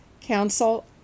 Council